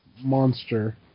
monster